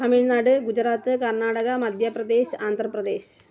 Tamil Nadu Gujarat Karnataka Madhya Pradesh Andhra Pradesh